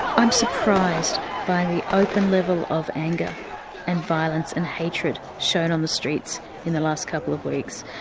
i'm surprised by the open level of anger and violence and hatred shown on the streets in the last couple of weeks.